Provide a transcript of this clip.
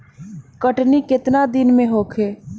कटनी केतना दिन में होखे?